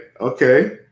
Okay